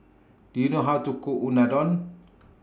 Do YOU know How to Cook Unadon